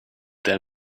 their